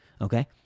Okay